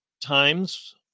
times